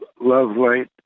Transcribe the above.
love-light